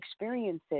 experiences